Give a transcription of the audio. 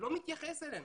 לא מתייחס אלינו.